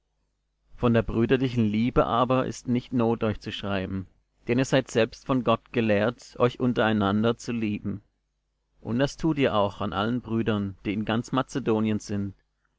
von der brüderlichen liebe aber ist nicht not euch zu schreiben denn ihr seid selbst von gott gelehrt euch untereinander zu lieben und das tut ihr auch an allen brüdern die in ganz mazedonien sind